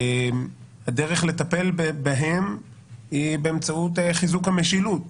הדרך לטפל בהם היא באמצעות חיזוק המשילות.